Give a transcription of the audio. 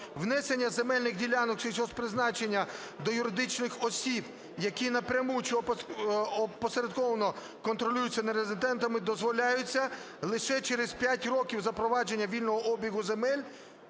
"Внесення земельних ділянок сільгосппризначення до юридичних осіб, які напряму чи опосередковано контролюються нерезидентом, дозволяється лише через п'ять років запровадження вільного обігу земель…"